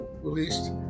released